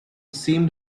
seemed